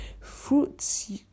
fruits